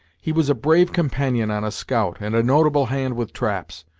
he was a brave companion on a scout, and a notable hand with traps.